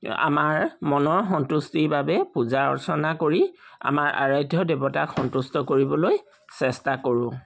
আমাৰ মনৰ সন্তুষ্টিৰ বাবে পূজা অৰ্চনা কৰি আমাৰ আৰাধ্য দেৱতাক সন্তুষ্ট কৰিবলৈ চেষ্টা কৰোঁ